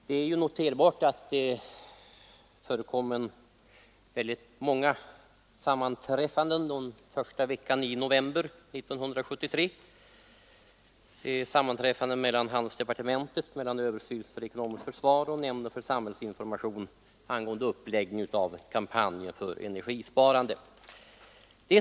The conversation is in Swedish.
Det är noterbart att det förekom många sammanträffanden under första veckan i november 1973 — sammanträffanden mellan handelsdepartementet, överstyrelsen för ekonomiskt försvar och nämnden för samhällsinformation — angående uppläggning av en kampanj för energisparandet.